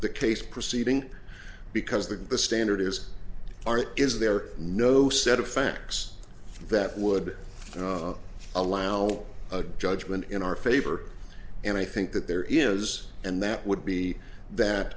the case proceeding because the the standard is are is there no set of facts that would allow a judgment in our favor and i think that there is and that would be that